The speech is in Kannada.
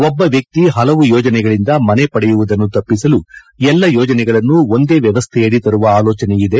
ಒಬ್ಬ ವ್ಯಕ್ತಿ ಪಲವು ಯೋಜನೆಗಳಿಂದ ಮನೆ ಪಡೆಯುವುದನ್ನು ತಪ್ಪಿಸಲು ಎಲ್ಲಾ ಯೋಜನೆಗಳನ್ನು ಒಂದೇ ವ್ಯವಸ್ಥೆಯಡಿ ತರುವ ಆಲೋಜನೆಯಿದೆ